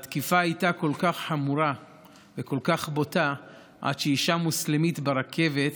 התקיפה הייתה כל כך חמורה וכל כך בוטה עד שאישה מוסלמית ברכבת